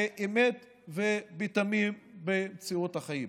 באמת ובתמים במציאות החיים.